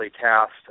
cast